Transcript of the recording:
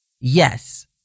Yes